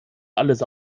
alles